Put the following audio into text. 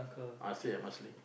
I stay at Marsiling